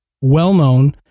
well-known